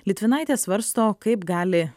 litvinaitė svarsto kaip gali